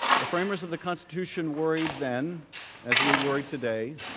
the framers of the constitution worried then as we worry today